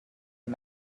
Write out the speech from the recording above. and